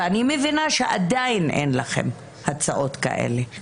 ואני מבינה שעדיין אין לכם הצעות כאלה.